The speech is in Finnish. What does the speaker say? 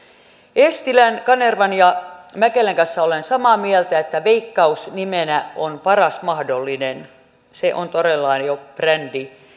eestilän kanervan ja mäkelän kanssa olen samaa mieltä että veikkaus nimenä on paras mahdollinen se on todella jo brändi